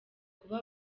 kuba